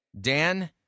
Dan